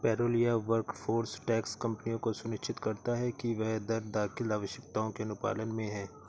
payroll या workforce tax कंपनियों को सुनिश्चित करता है कि वह कर दाखिल आवश्यकताओं के अनुपालन में है